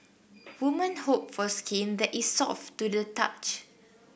women hope for skin that is soft to the touch